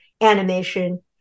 animation